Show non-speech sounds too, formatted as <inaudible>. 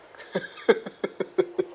<laughs>